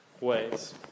ways